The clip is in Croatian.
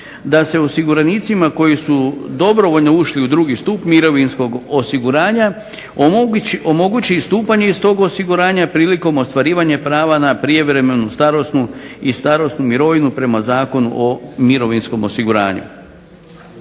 da se osiguranicima koji su dobrovoljno ušli u drugi stup mirovinskog osiguranja, omogući istupanje iz tog osiguranja prilikom ostvarivanja prava na prijevremenu starosnu mirovinu i starosnu mirovinu prema Zakonu o mirovinskom osiguranju.